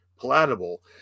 palatable